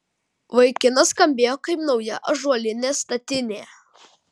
vaikinas skambėjo kaip nauja ąžuolinė statinė